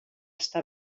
està